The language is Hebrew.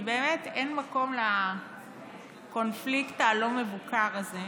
כי באמת אין מקום לקונפליקט הלא-מבוקר הזה.